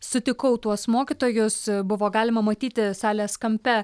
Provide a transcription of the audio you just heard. sutikau tuos mokytojus buvo galima matyti salės kampe